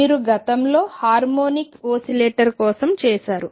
మీరు గతంలో harmonic oscillator కోసం చేసారు